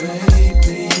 Baby